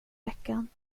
veckan